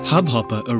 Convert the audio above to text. Hubhopper